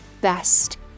best